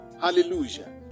Hallelujah